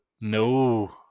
No